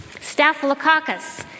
Staphylococcus